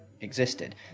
Existed